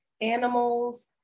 animals